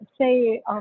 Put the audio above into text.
say